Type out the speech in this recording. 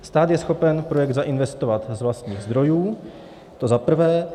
Stát je schopen projekt zainvestovat z vlastních zdrojů, to za prvé.